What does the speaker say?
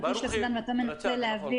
אדוני, אני רוצה לשאול שאלת הבהרה.